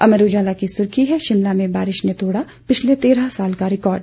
अमर उजाला की सुर्खी है शिमला में बारिश ने तोड़ा पिछले तेरह साल का रिकार्ड